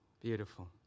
Beautiful